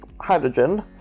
hydrogen